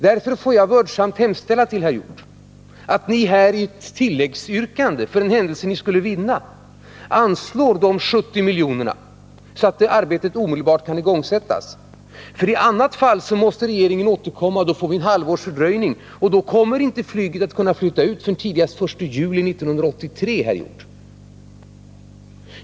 Därför vill jag vördsamt hemställa till herr Hjorth att ni i ett tilläggsyrkande, för den händelse ni skulle vinna, anslår de 70 miljonerna, så att arbetet omedelbart kan igångsättas. I annat fall måste regeringen återkomma, och då får vi ett halvårs fördröjning, och flyget kommer inte att kunna flytta ut förrän tidigast den 1 juli 1983, herr Hjorth.